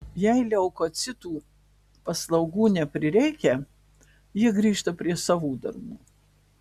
jei leukocitų paslaugų neprireikia jie grįžta prie savų darbų